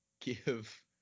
give